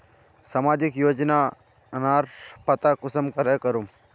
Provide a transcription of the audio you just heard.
सामाजिक योजनार पता कुंसम करे करूम?